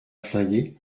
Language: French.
flingué